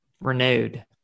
renewed